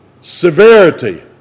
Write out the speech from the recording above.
severity